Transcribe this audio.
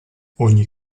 ogni